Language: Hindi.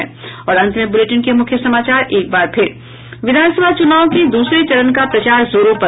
और अब अंत में मुख्य समाचार एक बार फिर विधानसभा चूनाव के दूसरे चरण का प्रचार जोरों पर